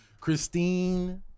Christine